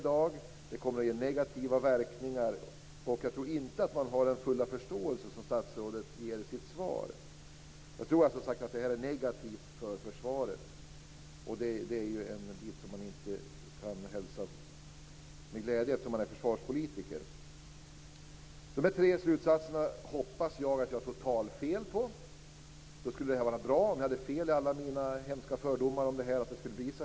Det kommer att bli negativa verkningar, och jag tror inte att man har den fulla förståelse som statsrådet hävdar i sitt svar. Jag tror att det blir negativt för försvaret. Det är inte en bild som kan hälsas med glädje av en försvarspolitiker. Jag hoppas att mina tre slutsatser är totalt fel. Det skulle vara bra om jag har fel i alla mina hemska fördomar om att det skall bli så.